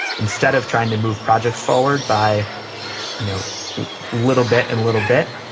instead of trying to move projects forward by you know little bit and little bit,